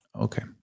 Okay